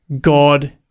God